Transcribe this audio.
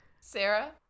Sarah